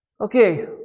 Okay